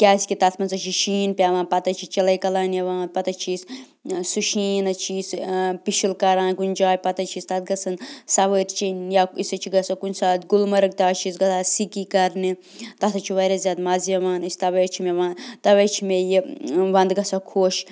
کیٛازِکہِ تَتھ منٛز حظ چھِ شیٖن پٮ۪وان پَتہٕ حظ چھِ چِلَے کَلان یِوان پَتہٕ حظ چھِ أسۍ سُہ شیٖن حظ چھِ أسۍ پِشُل کَران کُنہِ جایہِ پَتہٕ حظ چھِ أسۍ تَتھ گژھان سَوٲرۍ چیٚنۍ یا أسۍ حظ چھِ گژھان کُنہِ ساتہٕ گُلمرگ تہِ حظ چھِ أسۍ گژھان سِکی کَرنہِ تَتھ حظ چھُ واریاہ زیادٕ مَزٕ یِوان أسۍ تَوَے حظ چھِ مےٚ تَوے چھِ مےٚ یہِ وَنٛدٕ گژھان خوش